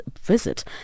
visit